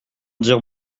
dire